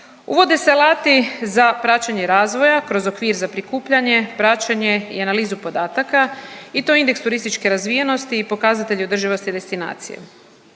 Uvode se alati za praćenje razvoja kroz okvir za prikupljanje, praćenje i analizu podataka i to indeks turističke razvijenosti i pokazatelji održivosti destinacije.